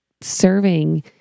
serving